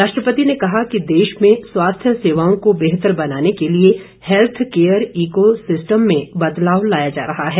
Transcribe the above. राष्ट्रपति ने कहा कि देश में स्वास्थ्य सेवाओं को बेहतर बनाने के लिए हेल्थ केयर इको सिस्टम में बदलाव लाया जा रहा है